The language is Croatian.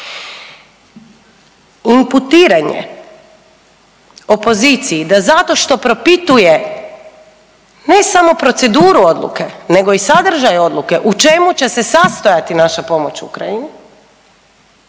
Imputiranje opoziciji da zato što propituje ne samo proceduru odluke nego i sadržaj odluke u čemu će se sastojati naša pomoć Ukrajini